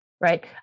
Right